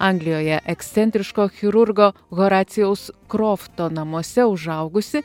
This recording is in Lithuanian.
anglijoje ekscentriško chirurgo horacijaus krofto namuose užaugusi